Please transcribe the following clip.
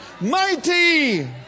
Mighty